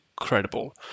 incredible